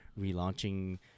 relaunching